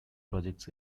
projects